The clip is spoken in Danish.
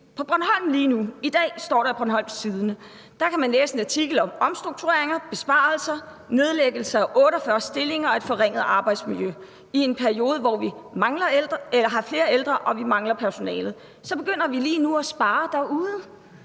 kigge ned i det. I dag kan man i Bornholms Tidende læse en artikel om omstruktureringer, besparelser, nedlæggelse af 48 stillinger og et forringet arbejdsmiljø i en periode, hvor vi har flere ældre og vi mangler personale, og så begynder vi lige nu at spare derude.